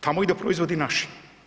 Tamo idu proizvodi naši.